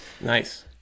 Nice